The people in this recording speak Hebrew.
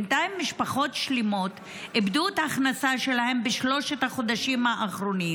בינתיים משפחות שלמות איבדו את ההכנסה שלהן בשלושת החודשים האחרונים,